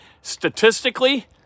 statistically